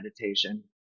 meditation